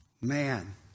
man